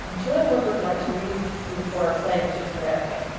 um joanne woodward would like to read you for a play that she's directing.